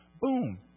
Boom